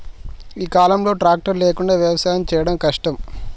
ఈ కాలం లో ట్రాక్టర్ లేకుండా వ్యవసాయం చేయడం కష్టం